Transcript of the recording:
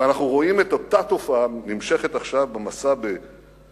ואנחנו רואים את אותה תופעה נמשכת עכשיו במסע ב-2010,